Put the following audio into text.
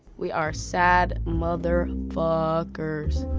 we are sad mother fuckers.